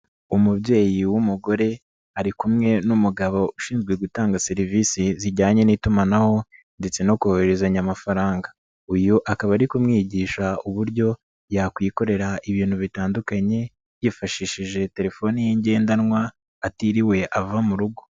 Umubyeyi w'umugore ari kumwe n'umugabo ushinzwe gutanga serivisi zijyanye n'itumanaho ndetse no kohererezanya amafaranga, uyu akaba ari kumwigisha uburyo yakwikorera ibintu bitandukanye yifashishije telefoni ye ngendanwa atiriwe ava mu rugo.